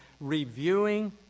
reviewing